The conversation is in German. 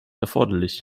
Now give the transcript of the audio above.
erforderlich